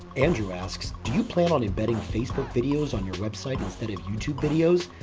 andrew asks do you plan on embedding facebook videos on your website instead of youtube videos,